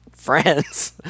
friends